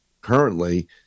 currently